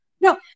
No